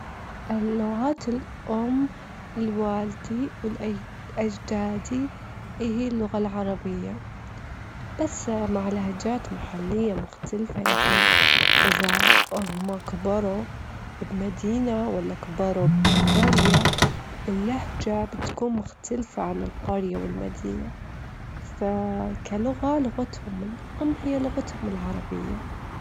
في يوم من الأيام ضاعت عائلة من الطيور وهما طايرين في موسم الهجرة، الرياح كانت مرة جوية والمكان بعد مدة لجيوا جزيرة صغيرة يجدرون يستريحون فيها، وفي الجزيرة أكتشفوا أن هذا المكان صار مأوى لهم.